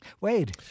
Wade